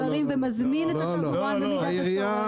הוא רואה את הדברים ומזמין את התברואן במידת הצורך.